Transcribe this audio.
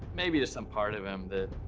maybe there's some part of him that,